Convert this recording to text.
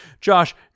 Josh